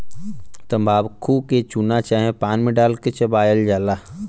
तम्बाकू के चूना चाहे पान मे डाल के चबायल जाला